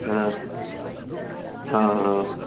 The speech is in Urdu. ہاں ہاں ہاں